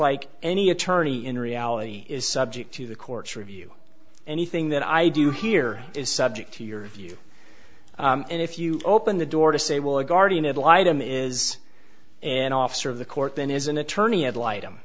like any attorney in reality is subject to the court's review anything that i do here is subject to your view and if you open the door to say well a guardian ad litum is an officer of the court then is an attorney ad li